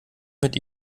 mit